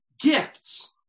gifts